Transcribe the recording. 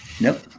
Nope